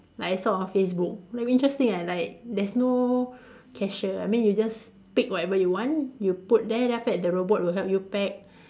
like I saw on Facebook like interesting ah like there's no cashier I mean you just pick whatever you want you put there then after that the robot will help you pack